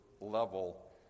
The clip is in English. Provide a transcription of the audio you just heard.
level